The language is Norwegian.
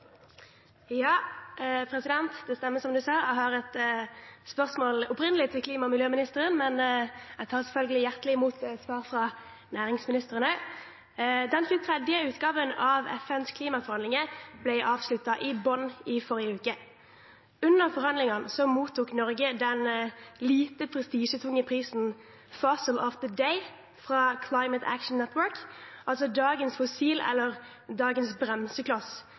Det stemmer – jeg har et spørsmål som opprinnelig var til klima- og miljøministeren, men jeg tar selvfølgelig hjertelig imot svar fra næringsministeren. «Den 23. utgaven av FNs klimaforhandlinger ble avsluttet i Bonn forrige uke. Under forhandlingene mottok Norge den lite prestisjetunge prisen «Fossil of the day» fra Climate Action Network, altså «dagens fossil» eller «dagens bremsekloss»,